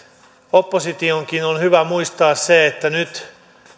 oppositionkin on hyvä muistaa se että nyt